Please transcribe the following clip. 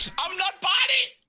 i'm not barney!